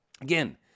again